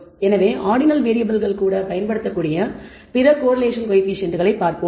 எனவே ஆர்டினல் வேறியபிள்கள் கூட பயன்படுத்தக்கூடிய பிற கோரிலேஷன் கோயபிசியன்ட்களைப் பார்ப்போம்